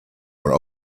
were